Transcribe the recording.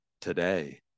today